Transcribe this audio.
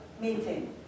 meeting